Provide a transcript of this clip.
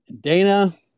Dana